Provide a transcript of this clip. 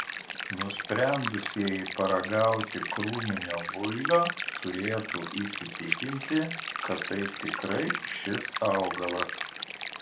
nusprendusieji paragauti krūminio builio turėtų įsitikinti kad tai tikrai šis augalas